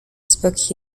spoke